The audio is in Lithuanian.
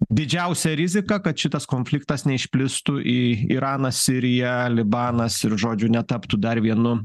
didžiausia rizika kad šitas konfliktas neišplistų į iraną siriją libanas ir žodžiu netaptų dar vienu